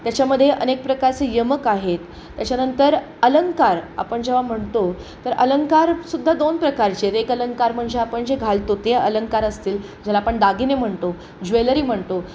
त्याच्यामध्ये अनेक प्रकारचे यमक आहेत त्याच्यानंतर अलंकार आपण जेव्हा म्हणतो तर अलंकार सुद्धा दोन प्रकारचे आहेत एक अलंकार म्हणजे आपण जे घालतो ते अलंकार असतील ज्याला आपण दागिने म्हणतो ज्वेलरी म्हणतो